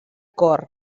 cor